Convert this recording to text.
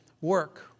work